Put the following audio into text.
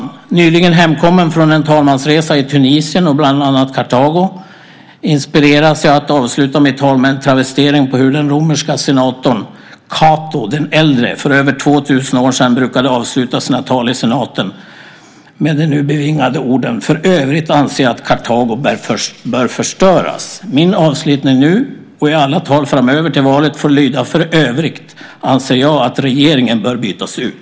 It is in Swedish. Jag har nyligen kommit hem från en talmansresa till Tunisien och bland annat Kartago, och jag har inspirerats att avsluta mitt tal med en travestering på hur den romerske senatorn Cato den äldre för över 2 000 år sedan brukade avsluta sina tal i senaten: "För övrigt anser jag att Kartago bör förstöras." Min avslutning nu och i alla tal fram till valet får lyda: För övrigt anser jag att regeringen bör bytas ut.